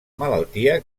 malaltia